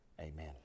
Amen